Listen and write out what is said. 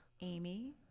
Amy